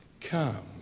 Come